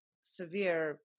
severe